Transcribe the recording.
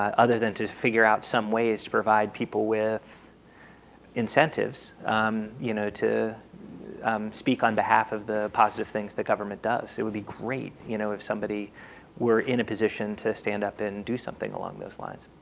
um other than to figure out some ways to provide people with incentives um you know to speak on behalf of the positive things that government does. it would be great you know if somebody were in a position to stand up and do something along those lines.